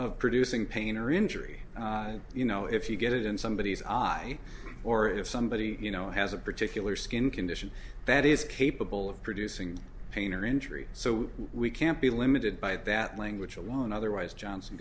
of producing pain or injury you know if you get it in somebodies eye or if somebody you know has a particular skin condition that is capable of producing pain or injury so we can't be limited by that language alone otherwise johnson